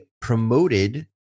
promoted